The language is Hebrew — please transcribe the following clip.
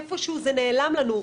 איפשהו זה נעלם לנו.